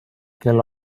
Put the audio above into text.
kel